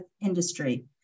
industry